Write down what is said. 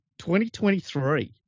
2023